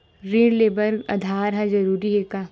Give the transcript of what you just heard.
ऋण ले बर आधार ह जरूरी हे का?